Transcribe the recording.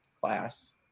class